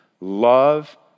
Love